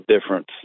difference